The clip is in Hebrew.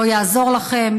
לא יעזור לכם,